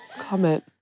comment